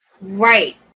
Right